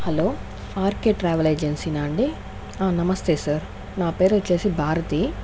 hello RK travel ఏజెన్సీనా అండి నమస్తే సార్ నా పేరు వచ్చేసి భారతి